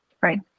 Right